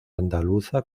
andaluza